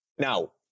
Now